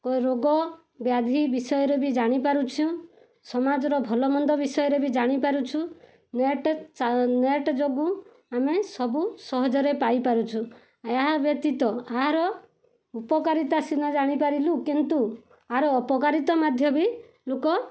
ଓ ରୋଗବ୍ୟାଧି ବିଷୟରେ ବି ଜାଣିପାରୁଛୁ ସମାଜର ଭଲମନ୍ଦ ବିଷୟରେ ବି ଜାଣିପାରୁଛୁ ନେଟ୍ ନେଟ୍ ଯୋଗୁଁ ଆମେସବୁ ସହଜରେ ପାଇପାରୁଛୁ ଏହାବ୍ୟତୀତ ଏହାର ଉପକାରିତା ସିନା ଜାଣିପାରିଲୁ କିନ୍ତୁ ଏହାର ଅପକାରିତା ମାଧ୍ୟବି ଲୋକ